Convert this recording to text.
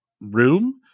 room